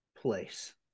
place